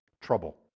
trouble